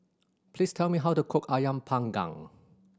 please tell me how to cook Ayam Panggang